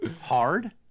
hard